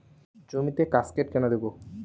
জমিতে কাসকেড কেন দেবো?